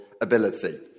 ability